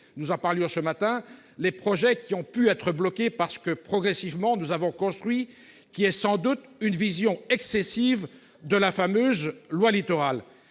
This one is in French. nous en parlions ce matin -les projets qui ont pu être bloqués, parce que, progressivement, nous avons construit ce qui est sans doute une vision excessive de la fameuse loi Littoral.